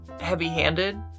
heavy-handed